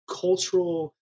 cultural